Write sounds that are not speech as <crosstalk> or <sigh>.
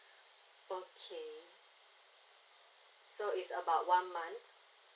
<breath> okay so it's about one month